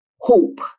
hope